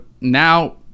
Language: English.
now